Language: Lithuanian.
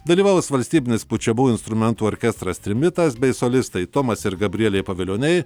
dalyvaus valstybinis pučiamųjų instrumentų orkestras trimitas bei solistai tomas ir gabrielė pavilioniai